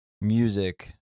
music